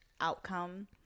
outcome